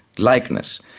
likeness,